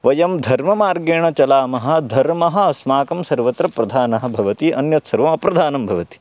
वयं धर्ममार्गेण चलामः धर्मः अस्माकं सर्वत्र प्रधानं भवति अन्यत् सर्वम् अप्रधानं भवति